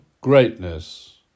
greatness